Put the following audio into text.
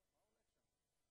הכנסת.